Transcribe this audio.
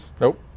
Nope